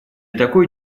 такой